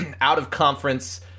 out-of-conference